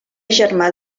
germà